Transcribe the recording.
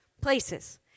places